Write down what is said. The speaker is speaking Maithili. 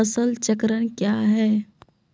फसल चक्रण कया हैं?